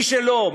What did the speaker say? מי שלא,